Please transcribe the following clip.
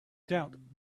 doubt